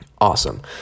Awesome